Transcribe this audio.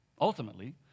ultimately